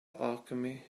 alchemy